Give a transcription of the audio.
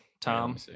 Tom